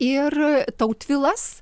ir tautvilas